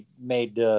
made